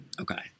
Okay